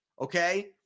okay